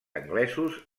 anglesos